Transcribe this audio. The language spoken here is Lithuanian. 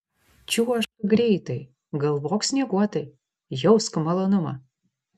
čiuožk greitai galvok snieguotai jausk malonumą